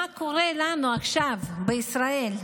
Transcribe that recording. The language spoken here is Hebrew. מה קורה לנו עכשיו בישראל?